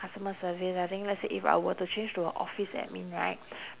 customer service I think let's say if I were to change to a office admin right